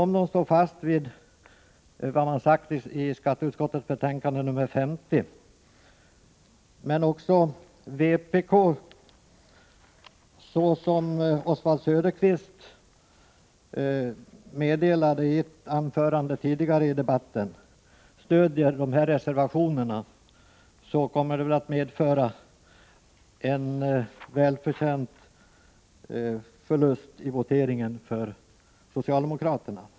Men eftersom också vpk — såsom Oswald Söderqvist meddelade i ett anförande tidigare i debatten — stöder dessa reservationer kommer det väl att medföra en välförtjänt förlust i voteringen för socialdemokraterna.